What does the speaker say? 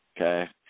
Okay